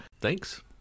Thanks